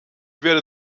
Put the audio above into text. werde